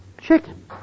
Chicken